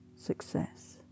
success